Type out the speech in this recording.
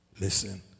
Listen